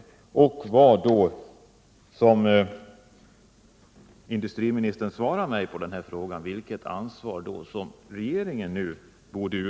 Industriministerns svar på min fråga om hur industriministern avser att utkräva